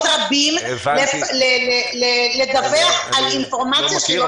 רבים לדווח על אינפורמציה שהיא לא מדויקת.